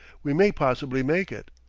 we may possibly make it.